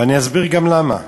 אני אסביר גם למה.